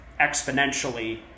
exponentially